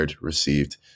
received